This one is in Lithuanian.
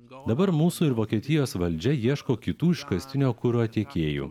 dabar mūsų ir vokietijos valdžia ieško kitų iškastinio kuro tiekėjų